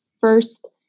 first